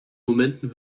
momenten